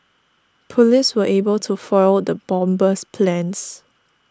police were able to foil the bomber's plans